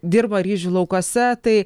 dirba ryžių laukuose tai